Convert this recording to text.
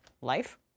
life